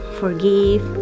forgive